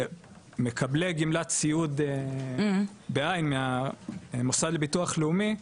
מקבלי גמלת סיעוד מהמוסד לביטוח לאומי,